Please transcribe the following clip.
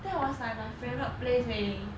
that was like my favourite place leh